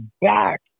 back